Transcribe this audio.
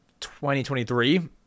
2023